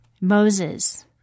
Moses